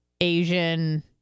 Asian